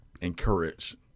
encourage